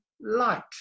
light